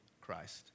Christ